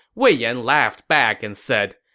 wei yan laughed back and said,